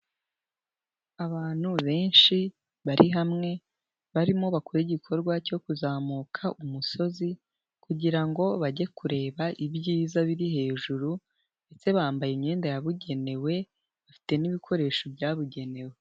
Abantu benshi, bari hamwe, barimo bakora igikorwa cyo kuzamuka umusozi, kugira ngo ngo bajye kureba ibyiza biri hejuru, ndetse bambaye imyenda yabugenewe, bafite n'ibikoresho byabugenewe.